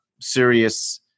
serious